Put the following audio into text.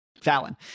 Fallon